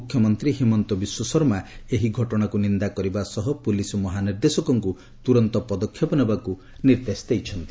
ମୁଖ୍ୟମନ୍ତ୍ରୀ ହିମନ୍ତ ବିଶ୍ୱଶର୍ମା ଏହି ଘଟଣାକୁ ନିନ୍ଦା କରିବା ସହ ପୁଲିସ୍ ମହାନିର୍ଦ୍ଦେଶକଙ୍କୁ ତୁରନ୍ତ ପଦକ୍ଷେପ ନେବାକୁ ନିର୍ଦ୍ଦେଶ ଦେଇଛନ୍ତି